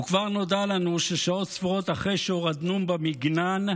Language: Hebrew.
וכבר נועד לנו, ששעות ספורות אחרי שהורדנום במגנן,